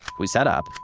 we set up,